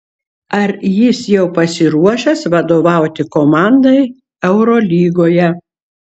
ar jis jau pasiruošęs vadovauti komandai eurolygoje